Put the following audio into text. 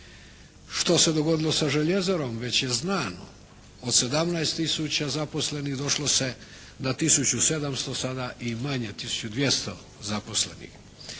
Što se dogodilo za željezarom već je znano. Od 17 tisuća zaposlenih došlo se na tisuću i 700, sada i manje, tisuću i 200 zaposlenih.